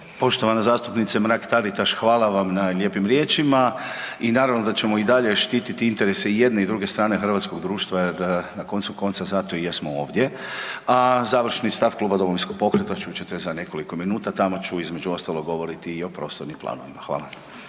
Poštovana zastupnice Mrak Taritaš, hvala vam na lijepim riječima i naravno da ćemo i dalje štititi interese i jedne i druge strane hrvatskog društva jer na koncu konca zato i jesmo ovdje, a završni stav kluba Domovinskog pokreta čut ćete za nekoliko minuta, tamo ću između ostaloga govoriti i o prostornim planovima. Hvala.